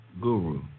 Guru